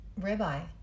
Ribeye